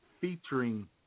featuring